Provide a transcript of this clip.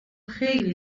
خیلی